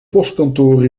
postkantoor